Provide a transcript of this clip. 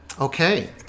Okay